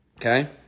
Okay